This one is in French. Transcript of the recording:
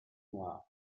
noires